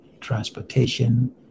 transportation